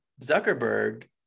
Zuckerberg